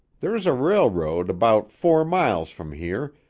there's a railroad about four miles from here,